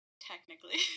technically